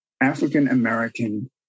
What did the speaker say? african-american